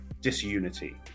disunity